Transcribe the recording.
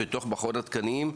בתוך מכון התקנים,